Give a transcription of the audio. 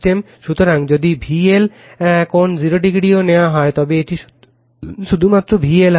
সুতরাং যদি VL কোণ 0ও নেওয়া হয় তবে এটি শুধুমাত্র VL হবে